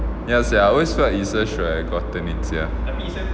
ya sia I always felt isa should have gotten it sia